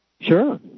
Sure